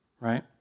Right